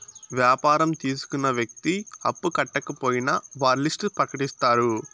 వ్యాపారం తీసుకున్న వ్యక్తి అప్పు కట్టకపోయినా వారి లిస్ట్ ప్రకటిత్తారు